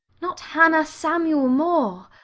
not hannah, samuel more.